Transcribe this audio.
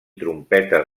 trompetes